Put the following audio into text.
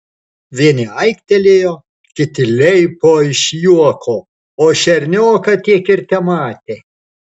vieni aiktelėjo kiti leipo iš juoko o šernioką tiek ir tematė